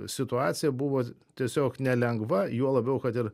situacija buvo tiesiog nelengva juo labiau kad ir